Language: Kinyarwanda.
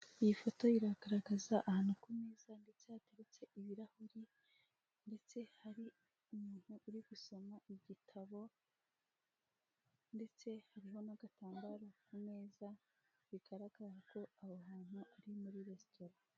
Iyi foto iragaragaza ahantu ku meza ndetse hateretse ibirahuri, ndetse hari umuntu uri gusoma igitabo, ndetse hariho n'agatambaro ku meza, bigargara ko aho hantu ari muri resitora.